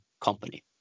Company